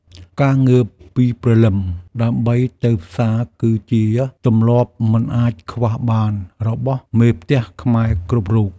ការងើបពីព្រលឹមដើម្បីទៅផ្សារគឺជាទម្លាប់មិនអាចខ្វះបានរបស់មេផ្ទះខ្មែរគ្រប់រូប។